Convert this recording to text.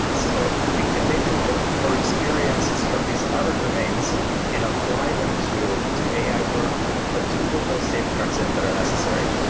ah so we can maybe look for experiences from these other domains and apply them to to ai work ah to put those safeguards in that are necessary.